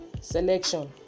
selection